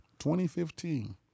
2015